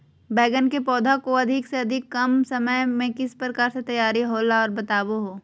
बैगन के पौधा को अधिक से अधिक कम समय में किस प्रकार से तैयारियां होला औ बताबो है?